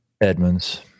Edmonds